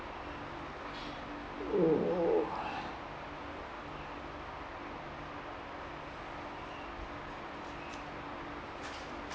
oo